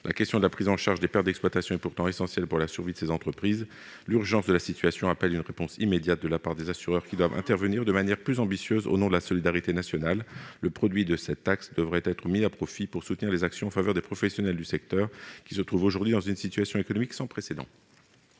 La question de la prise en charge des pertes d'exploitation est pourtant essentielle pour la survie de ces entreprises. L'urgence de la situation appelle une réponse immédiate de la part des assureurs, qui doivent intervenir de manière plus ambitieuse au nom de la solidarité nationale. Le produit de cette taxe devrait être mis à profit pour soutenir les actions en faveur des professionnels du secteur, qui se trouvent aujourd'hui dans une situation économique sans précédent.